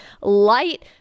light